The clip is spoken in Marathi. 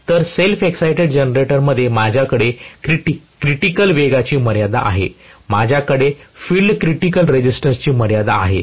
तर सेल्फ एक्साईटेड जनरेटरमध्ये माझ्याकडे क्रिटिकल वेगाची मर्यादा आहे माझ्याकडे फील्ड क्रिटिकल रेझिस्टन्सची मर्यादा आहे